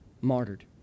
martyred